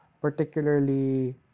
particularly